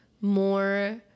more